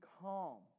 calm